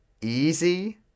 easy